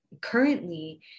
currently